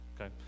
okay